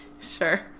Sure